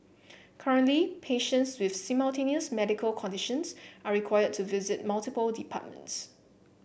currently patients with simultaneous medical conditions are required to visit multiple departments